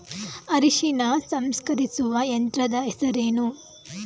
ಅರಿಶಿನ ಸಂಸ್ಕರಿಸುವ ಯಂತ್ರದ ಹೆಸರೇನು?